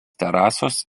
terasos